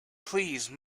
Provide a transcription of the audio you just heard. please